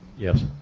yes.